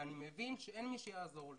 ואני מבין שאין מי שיעזור לי,